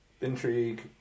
intrigue